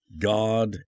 God